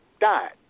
died